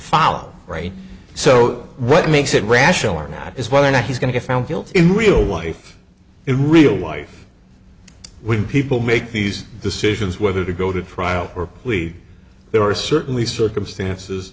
fall right so what makes it rational or not is whether or not he's going to found guilty in real life it real life when people make these decisions whether to go to trial or plea there are certainly circumstances